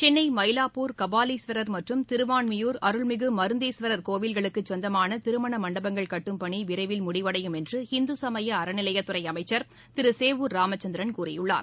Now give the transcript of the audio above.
சென்னைமயிலாப்பூர் காபலீஸ்வரர் மற்றும் திருவான்மியூர் அருள்மிகுமருந்தீஸ்வரர் கோவில்களுக்குச் சொந்தமானதிருமணமண்டபங்கள் கட்டும் பணிவிரைவில் முடவடையும் என்று இந்துசமயஅறநிலையத்துறைஅமைச்சா் திருசேவூர் ராமச்சந்திரன் கூறியுள்ளார்